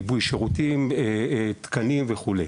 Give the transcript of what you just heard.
לעיבוי שירותים, תקנים וכולי.